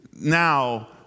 now